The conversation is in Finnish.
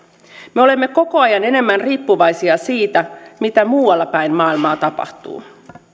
me olemme koko ajan enemmän riippuvaisia siitä mitä muualla päin maailmaa tapahtuu